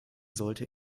sollte